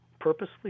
purposely